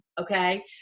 okay